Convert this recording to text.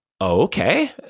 okay